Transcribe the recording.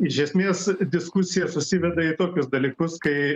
iš esmės diskusija susiveda į tokius dalykus kai